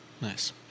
Nice